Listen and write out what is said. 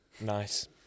Nice